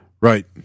Right